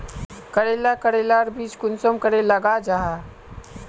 करेला करेलार बीज कुंसम करे लगा जाहा?